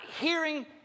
hearing